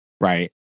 Right